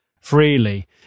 freely